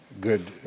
good